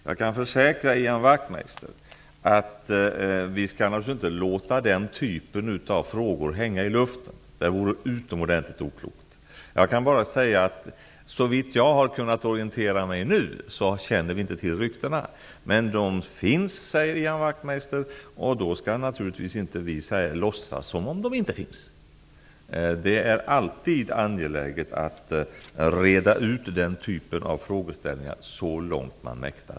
Jag kan försäkra Ian Wachtmeister om att vi naturligtvis inte låter frågor av det slag som han talar om hänga i luften. Det vore utomordentligt oklokt. Såvitt jag har kunnat orientera mig nu känner man inte till ryktena. Ian Wachtmeister säger att de finns. Därför skall vi naturligtvis inte låtsas som om de inte finns. Det är alltid angeläget att man så långt man mäktar med reder ut sådana frågeställningar.